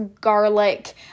garlic